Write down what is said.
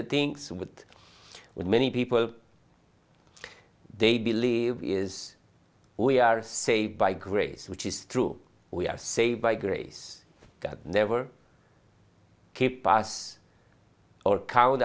the things with with many people they believe is we are saved by grace which is true we are saved by grace god never keep us or cow